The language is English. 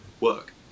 work